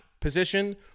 position